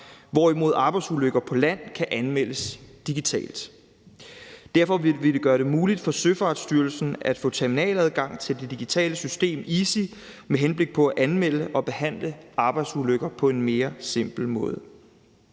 hvorimod arbejdsulykker på land kan anmeldes digitalt. Derfor vil vi gøre det muligt for Søfartsstyrelsen at få terminaladgang til det digitale system EASY med henblik på at anmelde og behandle arbejdsulykker på en mere simpel måde.